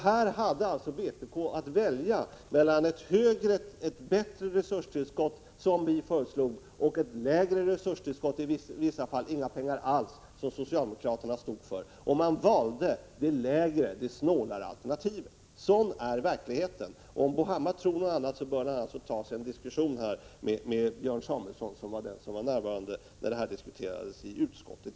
Vpk hade alltså att välja mellan ett bättre resurstillskott, som vi föreslog, och ett lägre resurstillskott, i vissa fall inga pengar alls, som socialdemokraterna stod för, och man valde det lägre, snålare alternativet. Sådan är verkligheten, och om Bo Hammar tror någonting annat bör han ta en diskussion med Björn Samuelson, som var den som var närvarande när det här diskuterades i utskottet.